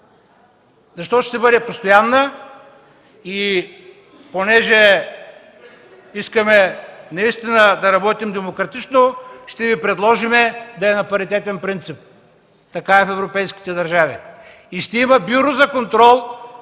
защото ще бъде постоянна. Понеже искаме наистина да работим демократично, ще Ви предложим тя да бъде на паритетен принцип. Така е в европейските държави. Ще има Бюро за контрол